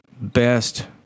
best